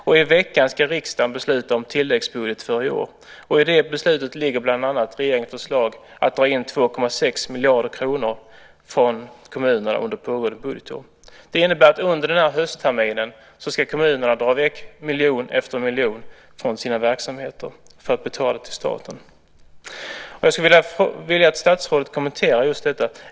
I veckan ska riksdagen besluta om tilläggsbudget för i år, och i det beslutet ligger bland annat regeringens förslag att dra in 2,6 miljarder kronor från kommunerna under pågående budgetår. Det innebär att under den här höstterminen ska kommunerna dra väck miljon efter miljon från sina verksamheter för att betala till staten. Jag skulle vilja att statsrådet kommenterar just detta.